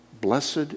Blessed